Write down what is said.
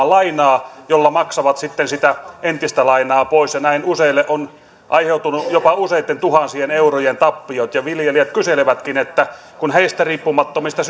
lainaa jolla maksavat sitten sitä entistä lainaa pois näin useille on aiheutunut jopa useitten tuhansien eurojen tappiot viljelijät kyselevätkin kun heistä riippumattomista